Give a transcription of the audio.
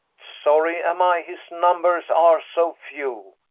sorry am i his numbers are so few,